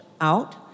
out